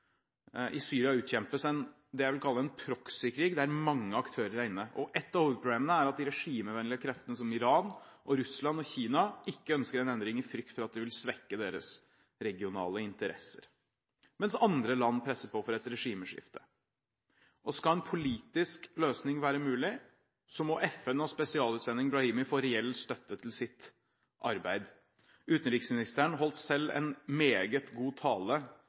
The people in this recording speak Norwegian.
I Syria utkjempes det jeg vil kalle en «proxykrig», der mange aktører er inne. Et av hovedproblemene er at de regimevennlige kreftene, som Iran, Russland og Kina, ikke ønsker en endring, i frykt for at det vil svekke deres regionale interesser, mens andre land presser på for et regimeskifte. Skal en politisk løsning være mulig, må FN og spesialutsending Brahimi få reell støtte til sitt arbeid. Utenriksministeren holdt selv en meget god tale